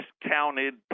discounted